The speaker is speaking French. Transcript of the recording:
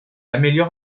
améliore